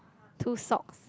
two socks